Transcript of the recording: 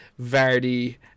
Vardy